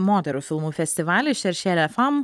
moterų filmų festivalis šeršėliafam